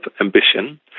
ambition